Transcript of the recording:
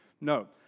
No